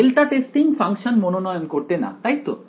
delta testing function মনোনয়ন করতে না তাইতো